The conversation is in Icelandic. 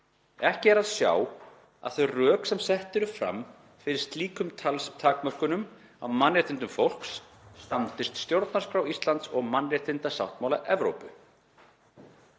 Ekki er að sjá að þau rök sem sett eru fram fyrir slíkum takmörkunum á mannréttindum fólks standist stjórnarskrá Íslands og mannréttindasáttmála Evrópu.